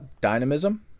dynamism